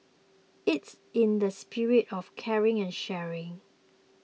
it's in the spirit of caring and sharing